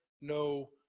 no